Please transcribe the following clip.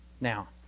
Now